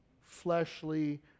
fleshly